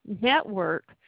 network